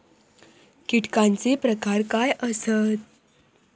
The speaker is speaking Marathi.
कीटकांचे प्रकार काय आसत?